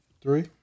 Three